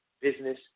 business